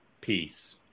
Peace